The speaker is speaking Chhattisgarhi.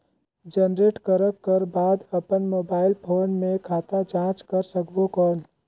जनरेट करक कर बाद अपन मोबाइल फोन मे खाता जांच कर सकबो कौन?